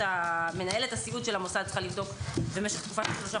מנהלת הסיעוד של המוסד צריכה לבדוק במשך שלושה